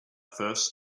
first